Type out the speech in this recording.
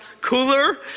cooler